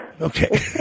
Okay